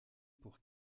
pour